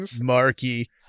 Marky